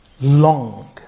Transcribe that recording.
long